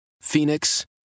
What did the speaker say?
Phoenix